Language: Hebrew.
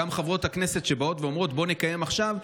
גם חברות הכנסת שבאות ואומרות: בואו נקיים עכשיו,